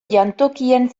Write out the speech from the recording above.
jantokien